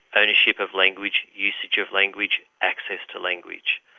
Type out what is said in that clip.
ownership of language, usage of language, access to language.